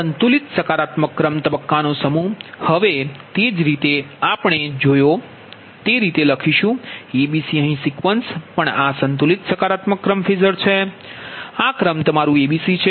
સંતુલિત સકારાત્મક ક્રમ તબક્કોનો સમૂહ હવે તે જ રીતે આપણે જોયો છે તે રીતે લખીશું a b c અહીં સિક્વન્સ આ પણ સંતુલિત સકારાત્મક ક્રમ ફેઝર છે અને આ ક્રમ તમારુંa b c છે